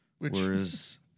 Whereas